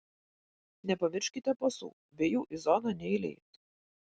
nepamirškite pasų be jų į zoną neįleis